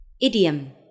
Idiom